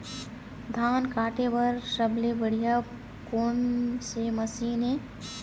धान काटे बर सबले बढ़िया कोन से मशीन हे?